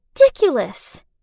ridiculous